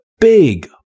big